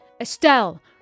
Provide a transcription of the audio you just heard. Estelle